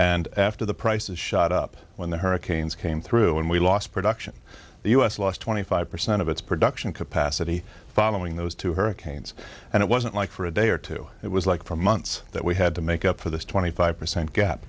and after the prices shot up when the hurricanes came through and we lost production the us lost twenty five percent of its production capacity following those two hurricanes and it wasn't like for a day or two it was like for months that we had to make up for this twenty five percent ga